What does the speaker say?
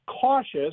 cautious